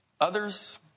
Others